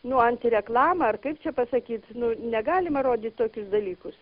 nu antireklama ar kaip čia pasakyt nu negalima rodyt tokius dalykus